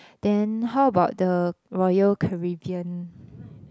then how about the Royal Caribbean